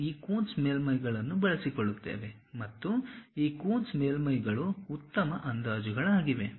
ನಾವು ಈ ಕೂನ್ಸ್ ಮೇಲ್ಮೈಗಳನ್ನು ಬಳಸಿಕೊಳ್ಳುತ್ತೇವೆ ಮತ್ತು ಈ ಕೂನ್ಸ್ ಮೇಲ್ಮೈಗಳು ಉತ್ತಮ ಅಂದಾಜುಗಳಾಗಿವೆ